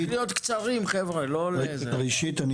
ראשית,